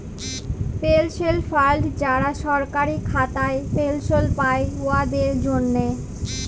পেলশল fund যারা সরকারি খাতায় পেলশল পায়, উয়াদের জ্যনহে